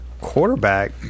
quarterback